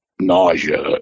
nausea